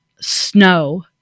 snow